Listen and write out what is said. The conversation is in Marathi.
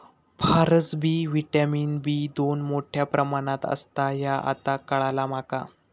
फारसबी व्हिटॅमिन बी दोन मोठ्या प्रमाणात असता ह्या आता काळाला माका